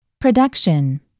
Production